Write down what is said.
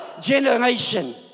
generation